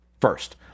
First